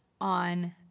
on